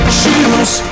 choose